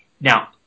now